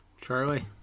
charlie